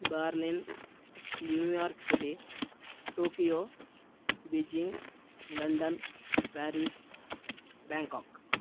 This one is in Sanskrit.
Berlin New York city Tokyo Beijing London Paris Bangkok